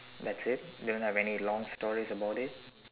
that's it don't have any long stories about it